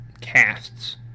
casts